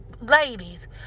ladies